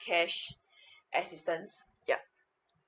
cash assistance yeah